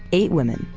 eight women,